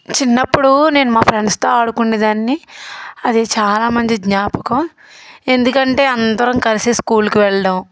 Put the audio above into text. చిన్నప్పుడు నేను మా ఫ్రెండ్స్తో ఆడుకునేదాన్ని అది చాలామంచి జ్ఞాపకం ఎందుకంటే అందరం కలిసి స్కూల్కి వెళ్ళడం